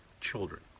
children